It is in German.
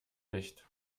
nicht